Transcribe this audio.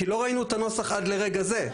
כי לא ראינו את הנוסח עד לרגע זה.